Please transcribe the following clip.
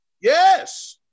Yes